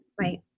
Right